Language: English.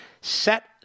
set